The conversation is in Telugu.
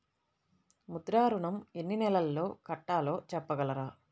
ముద్ర ఋణం ఎన్ని నెలల్లో కట్టలో చెప్పగలరా?